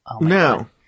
No